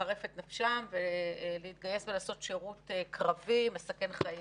לחרף את נפשם ולהתגייס ולעשות שירות קרבי מסכן חיים,